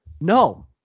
no